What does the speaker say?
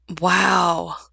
Wow